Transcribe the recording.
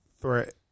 threat